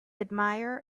admire